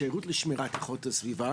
השירות לשמירת איכות הסביבה